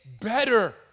better